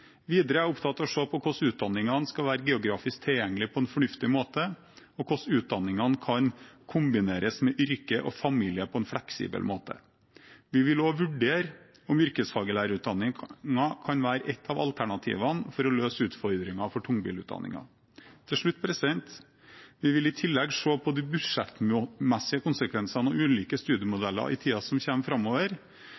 Videre er jeg opptatt av å se på hvordan utdanningen skal være geografisk tilgjengelig på en fornuftig måte, og hvordan utdanningen kan kombineres med yrke og familie på en fleksibel måte. Vi vil også vurdere om yrkesfaglærerutdanningen kan være ett av alternativene for å løse utfordringen for tungbilutdanningen. Til slutt: Vi vil i tillegg se på de budsjettmessige konsekvensene av ulike